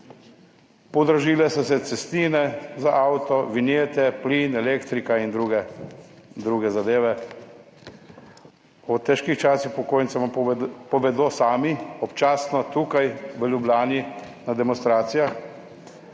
.Podražile so se cestnine za avto, vinjete, plin, elektrika in druge, druge zadeve. O težkih časih upokojencev vam povedo sami občasno tukaj v Ljubljani na demonstracijah.